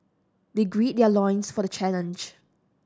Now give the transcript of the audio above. they grid their loins for the challenge